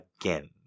again